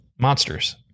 monsters